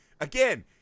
again